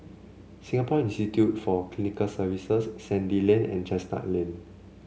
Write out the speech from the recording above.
Singapore Institute for Clinical Sciences Sandy Lane and Chestnut Lane